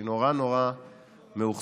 אני נורא נורא מאוכזב,